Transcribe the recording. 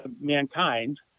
mankind